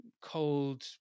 cold